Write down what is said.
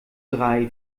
drei